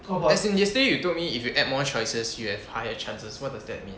as in yesterday you told me if you add more choices you have higher chances what does that mean